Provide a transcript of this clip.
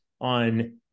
on